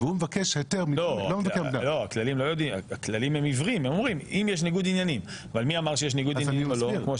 מבקר המדינה לא אמור בשלב זה לפחות לבדוק שום דבר,